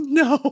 no